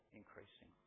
increasing